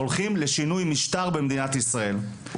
הולכים לשינוי משטר במדינת ישראל.